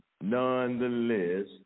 nonetheless